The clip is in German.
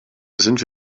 sind